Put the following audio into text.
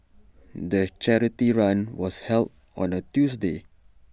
the charity run was held on A Tuesday